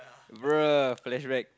bro flashback